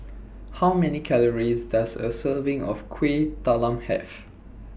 How Many Calories Does A Serving of Kuih Talam Have